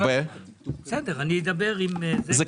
אני אדבר עם --- הרי,